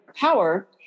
power